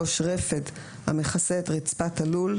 רפד המכסה את רצפת הלול,